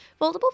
Foldable